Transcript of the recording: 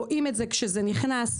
רואים את זה כשזה נכנס,